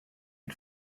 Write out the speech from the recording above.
ihn